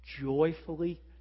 Joyfully